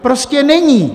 Prostě není.